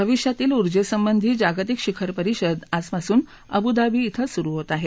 भविष्यातील ऊर्जेसंबंधी जागतिक शिखर परिषद आजपासून अब्धाबी धे सुरु होत आहे